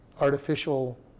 artificial